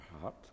heart